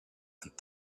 and